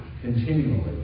Continually